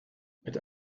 mit